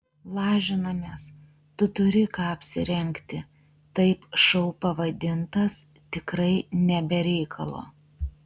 lažinamės tu turi ką apsirengti taip šou pavadintas tikrai ne be reikalo